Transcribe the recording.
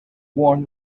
worn